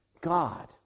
God